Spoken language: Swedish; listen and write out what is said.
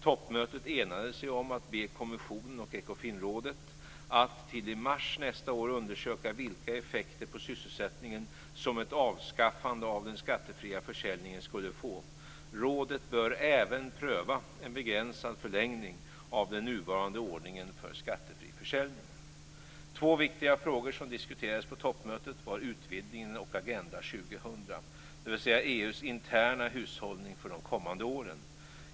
Toppmötet enade sig om att be kommissionen och Ekofinrådet att till i mars nästa år undersöka vilka effekter på sysselsättningen som ett avskaffande av den skattefria försäljningen skulle få. Rådet bör även pröva en begränsad förlängning av den nuvarande ordningen för skattefri försäljning. Två viktiga frågor som diskuterades på toppmötet var utvidgningen och Agenda 2000, dvs. EU:s interna hushållning för de kommande åren.